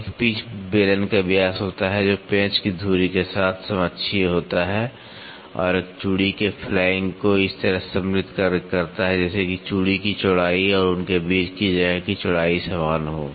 यह एक पिच बेलन का व्यास होता है जो पेंच की धुरी के साथ समाक्षीय होता है और एक चूड़ी के फ्लैंक को इस तरह से सम्मिलित करता है जैसे कि चूड़ी की चौड़ाई और उनके बीच की जगह की चौड़ाई समान हो